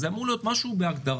זה אמור להיות משהו בהגדרה.